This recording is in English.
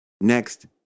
Next